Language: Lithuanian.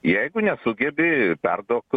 jeigu nesugebi perduok